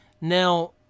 Now